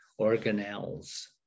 organelles